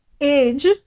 age